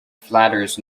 flatters